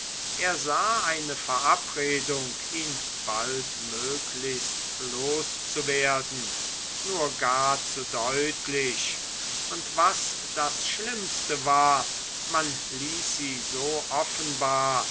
er sah eine verabredung ihn baldmöglichst loszuwerden nur gar zu deutlich und was das schlimmste war man ließ sie so offenbar